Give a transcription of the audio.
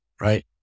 right